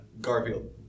Garfield